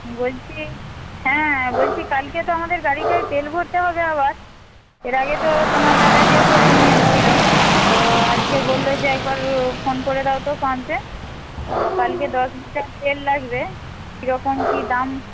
বলছি হ্যাঁ বলছি কালকে তো আমাদের গাড়িটায় তেল ভরতে হবে আবার এর আগে তো তোমার দাদা গিয়ে ভরে নিয়ে এসছিল তো আজকে বললো যে একবার ফোন করে দাও তো পাম্পে তো কালকে দশ লিটার তেল লাগবে কীরকম কী দাম